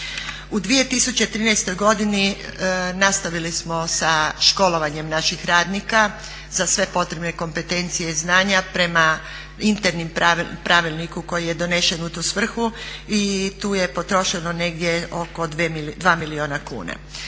U 2013. godini nastavili smo sa školovanjem naših radnika, za sve potrebne kompetencije i znanja prema internom pravilniku koji je donesen u tu svrhu i tu je potrošeno negdje oko 2 milijuna kuna.